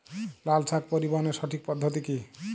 লালশাক পরিবহনের সঠিক পদ্ধতি কি?